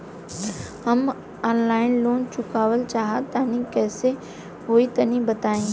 हम online loan चुकावल चाहऽ तनि कइसे होई तनि बताई?